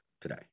today